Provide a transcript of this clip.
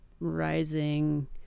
rising